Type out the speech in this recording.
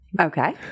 Okay